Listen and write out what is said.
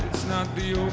not the